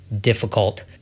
difficult